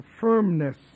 firmness